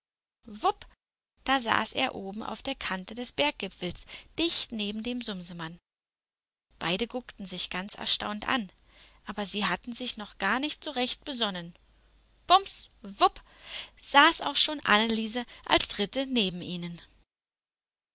da saß er oben auf der kante des berggipfels dicht neben dem sumsemann beide guckten sich ganz erstaunt an aber sie hatten sich noch gar nicht so recht besonnen bums wupp saß auch schon anneliese als dritte neben ihnen